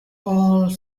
all